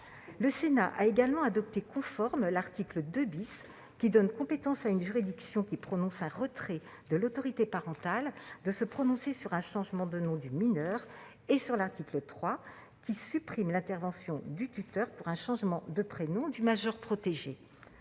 Le Sénat a également adopté conformes l'article 2, qui donne compétence à la juridiction prononçant un retrait de l'autorité parentale pour se prononcer sur un changement de nom du mineur, et l'article 3, qui supprime l'intervention du tuteur pour un changement de prénom du majeur protégé.